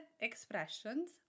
expressions